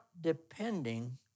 depending